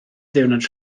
ddiwrnod